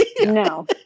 No